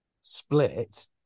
split